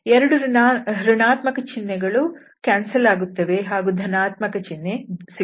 ಎರಡು ಋಣಾತ್ಮಕ ಚಿನ್ಹೆಗಳು ಕ್ಯಾನ್ಸಲ್ ಆಗುತ್ತವೆ ಹಾಗೂ ಧನಾತ್ಮಕ ಚಿನ್ಹೆ ಸಿಗುತ್ತದೆ